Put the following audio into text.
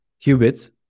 qubits